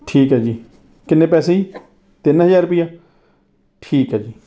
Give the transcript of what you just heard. ਠੀਕ ਹੈ ਜੀ ਕਿੰਨੇ ਪੈਸੇ ਜੀ ਤਿੰਨ ਹਜ਼ਾਰ ਰੁਪਈਆ ਠੀਕ ਹੈ ਜੀ